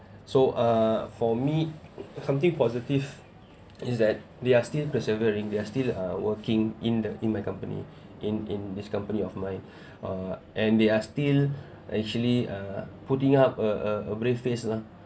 so uh for me something positive is that they are still persevering they are still uh working in the in my company in in this company of mine uh and they are still actually uh putting up a a brave face lah